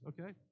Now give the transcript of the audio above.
okay